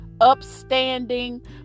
upstanding